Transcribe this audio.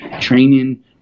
training